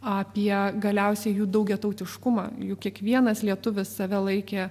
apie galiausiai jų daugiatautiškumą juk kiekvienas lietuvis save laikė